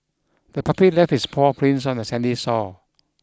the puppy left its paw prints on the sandy sore